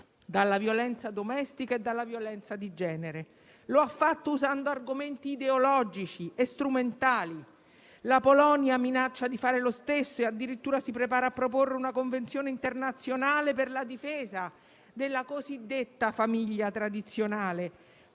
dalla violenza domestica e dalla violenza di genere e lo ha fatto usando argomenti ideologici e strumentali. La Polonia minaccia di fare lo stesso e addirittura si prepara a proporre una convenzione internazionale per la difesa della cosiddetta famiglia tradizionale,